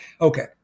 Okay